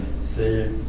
c'est